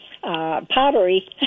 pottery